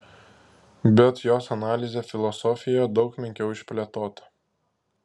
bet jos analizė filosofijoje daug menkiau išplėtota